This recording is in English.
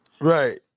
Right